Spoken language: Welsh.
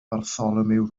bartholomew